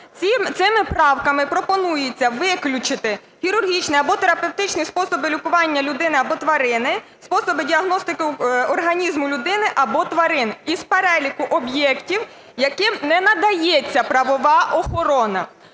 Цими правками пропонується виключити хірургічний або терапевтичний способи лікування людини або тварини, способи діагностики організму людини або тварини із переліку об'єктів, яким не надається правова охорона.